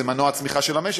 זה מנוע צמיחה של המשק,